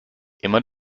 immer